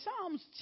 Psalms